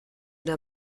der